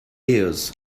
ears